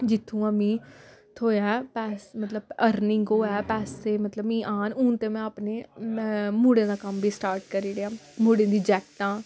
जित्थुआं मीं थ्होएआ मतलब अर्निंग होऐ पैसे मतलब मिगी आन हून ते में अपने में मुड़ें दा कम्म बी स्टार्ट करी ओड़ेआ मुड़े दियां जैक्टां